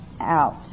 out